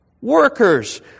Workers